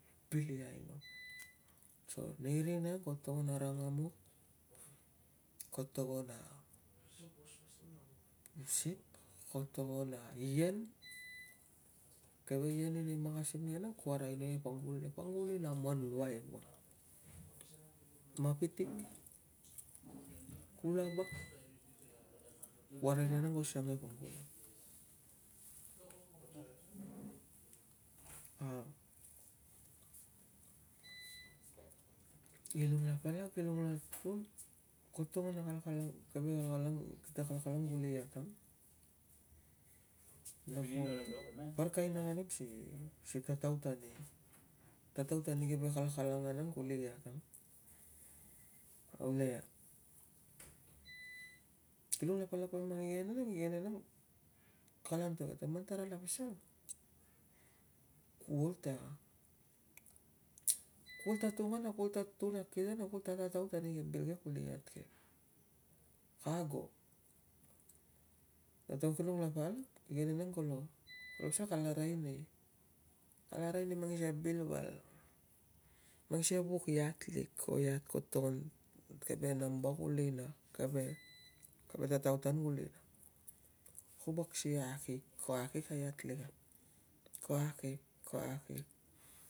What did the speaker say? Bil i aino, so nai rina ang, ko to ongon a rangamut, ko tongon a sip, ko to ngon a ian, keve ian inai managsim ke nang, kua arainia e pangul luai, e pangal i laman luai nang. Mapitik, ke, kulava ke, kua arainia ko siange pangul. A, kirung la pala ki kirung an tun, ko tongon kalkalang keve kalang, kita kalkalang kuli iat ang. Parik kia ainak nig si, si tataut ane, tataut ane keve kalkalang ang, kuli ke iat ang. Au, le ang, kirung la palak mana mang ingenen ang, kala antok ia, man tarala pasal, ku ol ta, ku ol ta, ta tataut ani ke bil ke kuli iat ke, ka ago. Na taun tarung la palak, ingenen ang kolo kolo pasal angan araini angan airaine mang ke bil val, mang sikei a vuk iat lik ko iat ko tongon, keve namba kuli na keve keve tataut ang kuli na. Ko vok si akik, ko akik na iat lik ang, ko akik, ko akik